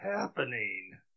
happening